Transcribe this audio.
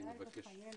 חייל וחיילת.